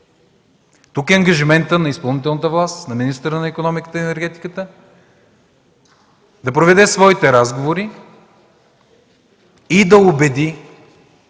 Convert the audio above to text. Тук е ангажиментът на изпълнителната власт – на министъра на икономиката и енергетиката, да проведе своите разговори и да убеди